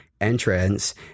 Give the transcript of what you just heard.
entrance